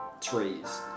trees